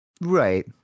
Right